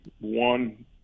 One